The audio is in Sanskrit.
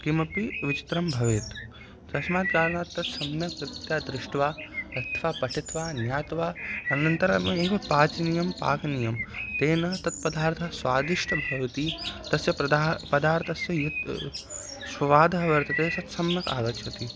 किमपि विचित्रं भवेत् तस्मात् कारणात् तत् सम्यक् रीत्या दृष्ट्वा अथवा पठित्वा ज्ञात्वा अनन्तरम् एव पाचनीयं पाचनीयं तेन तत् पदार्थः स्वादिष्टः भवति तस्य प्रधा पदार्थस्य यत् स्वादः वर्तते तत् सम्यक् आगच्छति